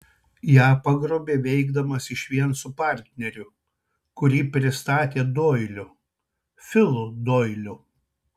ją pagrobė veikdamas išvien su partneriu kurį pristatė doiliu filu doiliu